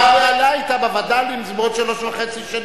מה היתה הבהלה בווד"לים אם זה בעוד שלוש שנים וחצי?